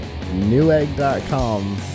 Newegg.com